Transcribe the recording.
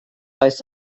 oes